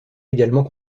également